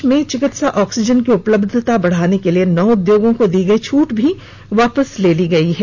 देश में चिकित्सा ऑक्सीजन की उपलब्धता बढ़ाने के लिए नौ उद्योगों को दी गई छूट भी वापस ले ली गई है